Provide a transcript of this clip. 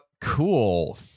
cool